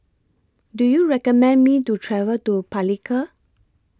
Do YOU recommend Me to travel to Palikir